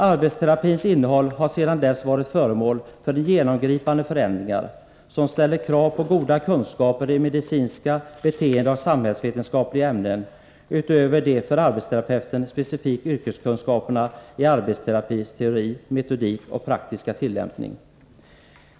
Arbetsterapins innehåll har sedan dess varit föremål för genomgripande förändringar, som ställer krav på goda kunskaper i medicinska samt beteendeoch samhällsvetenskapliga ämnen, utöver de för arbetsterapeuten specifika yrkeskunskaperna i arbetsterapins teori, metodik och praktiska tillämpning.